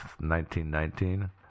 1919